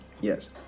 Yes